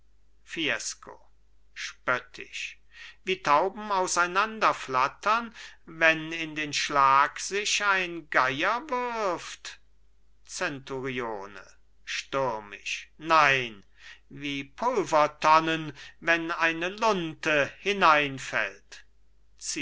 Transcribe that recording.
fiesco spöttisch wie tauben auseinanderflattern wenn in den schlag sich ein geier wirft zenturione stürmisch nein wie pulvertonnen wenn eine lunte hineinfällt